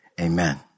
Amen